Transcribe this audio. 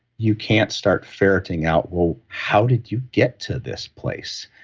you can't start ferreting out, well, how did you get to this place?